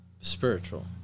spiritual